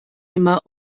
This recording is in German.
immer